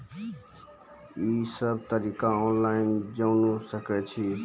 ई सब तरीका ऑनलाइन जानि सकैत छी?